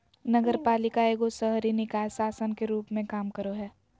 नगरपालिका एगो शहरी निकाय शासन के रूप मे काम करो हय